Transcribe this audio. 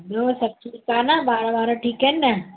ॿियो सभु ठीकु आहे न ॿार वार ठीकु आहिनि न